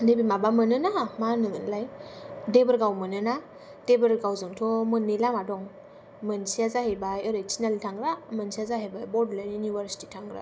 नैबे माबा मोनो ना मा होनोमोनलाय देबोरगाव मोनो ना देबोरगावजोंथ' मोननै लामा दं मोनसेया जाहैबाय ओरै थिनालि थांग्रा आरो मोनसेया जाहैबाय बड'लेण्ड इउनिभारसिटि थांग्रा